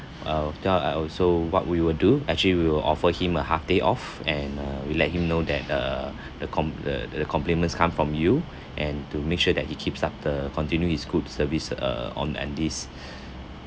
oh I also what we will do actually we will offer him a half day off and uh we let him know that uh the comp~ the the compliments come from you and to make sure that he keeps up the continued his good service uh on and this